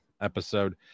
episode